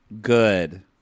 good